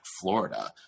Florida